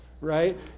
right